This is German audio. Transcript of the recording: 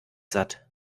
satt